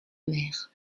mère